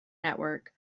network